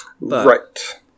Right